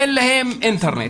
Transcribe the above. אין להם אינטרנט,